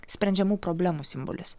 sprendžiamų problemų simbolis